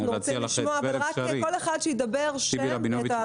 אנחנו רוצים לשמוע, אבל תאמר שם ותפקיד.